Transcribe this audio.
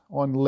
on